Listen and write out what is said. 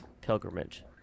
pilgrimage